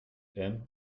aimes